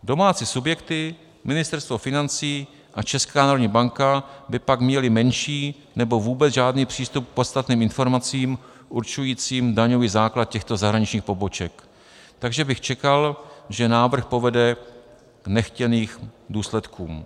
Domácí subjekty, Ministerstvo financí a Česká národní banka, by pak měly menší, nebo vůbec žádný přístup k podstatným informacím určujícím daňový základ těchto zahraničních poboček, takže bych čekal, že návrh povede k nechtěným důsledkům.